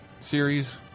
series